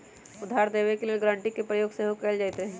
उधार देबऐ के लेल गराँटी के प्रयोग सेहो कएल जाइत हइ